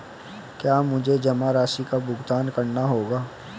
क्या मुझे जमा राशि का भुगतान करना होगा?